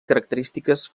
característiques